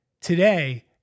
today